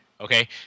okay